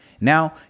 Now